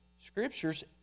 scriptures